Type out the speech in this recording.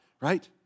right